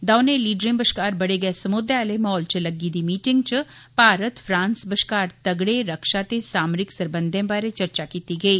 दौनें लीडरें बश्कार बड़े गै समौघे आले माहोल च लग्गी दी मीटिंग च भारत फ्रांस बश्कार तगड़े रक्षा ते सामारिक सरबंधै बारे चर्चा कीती गेई